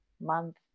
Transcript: month